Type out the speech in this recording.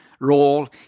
role